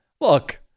Look